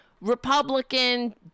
Republican